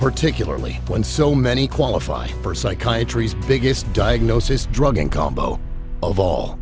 particularly when so many qualified for psychiatry's biggest diagnosis drug and combo of all